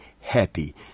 happy